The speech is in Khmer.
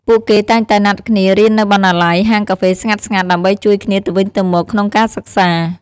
ពួកគេតែងតែណាត់គ្នារៀននៅបណ្ណាល័យ ហាងកាហ្វេស្ងាត់ៗ ដើម្បីជួយគ្នាទៅវិញទៅមកក្នុងការសិក្សា។